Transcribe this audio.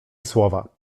słowa